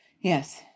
Yes